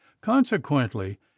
consequently